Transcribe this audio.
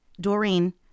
Doreen